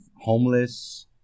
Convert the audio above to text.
homeless